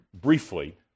briefly